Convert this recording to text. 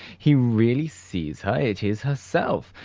he really sees her! it is herself!